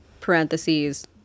parentheses